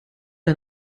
ein